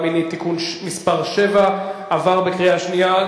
מינית (תיקון מס' 7) עברה בקריאה שנייה.